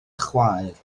chwaer